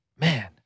Man